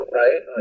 right